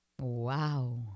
Wow